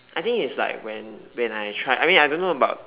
I think it's like when when I try I mean I don't know about